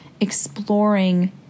exploring